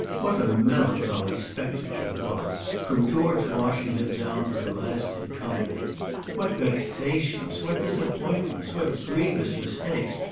what a melancholy spectacle it was, from george washington down to the last incumbent what vexations, what disappointments, what grievous mistakes,